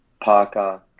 Parker